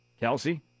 Kelsey